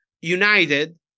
united